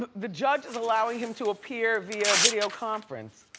ah the judge is allowing him to appear via video conference.